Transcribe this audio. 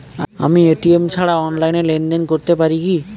আমি এ.টি.এম ছাড়া অনলাইনে লেনদেন করতে পারি কি?